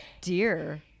dear